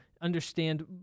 understand